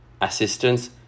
assistance